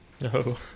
No